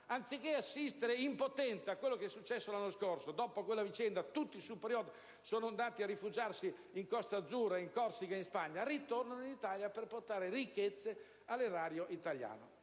anziché assistere impotente a quanto è accaduto l'anno scorso dopo quella vicenda, (tutti i *super-yacht* sono andati a rifugiarsi in Costa Azzurra, in Corsica e in Spagna) li veda ritornare per portare ricchezza all'erario italiano.